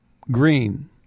green